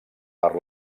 per